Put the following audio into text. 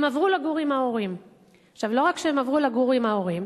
הם עברו לגור עם ההורים.